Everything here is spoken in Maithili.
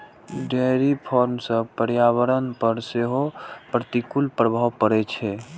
डेयरी फार्म सं पर्यावरण पर सेहो प्रतिकूल प्रभाव पड़ै छै